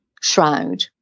shroud